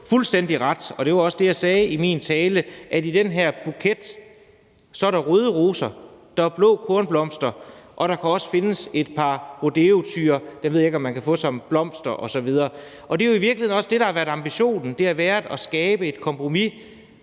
fuldstændig ret i det, som jeg også sagde i min tale, nemlig at i den her buket er der røde roser, og der er blå kornblomster, og der kan også findes et par rodeotyre; dem ved jeg ikke om man kan få som blomster. Det er jo i virkeligheden også det, der har været ambitionen, nemlig at skabe et kompromis,